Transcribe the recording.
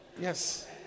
Yes